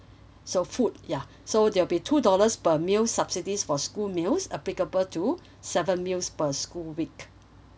so food ya so there will be two dollars per meal subsidies for school meals applicable to seven meals per school week